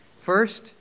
First